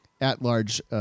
at-large